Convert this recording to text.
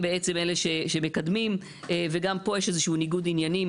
שבעה ימים זה משהו שהוא פשוט מלמד על